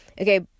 Okay